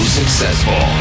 successful